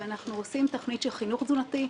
אבל אנחנו עושים תוכנית של חינוך תזונתי,